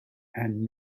and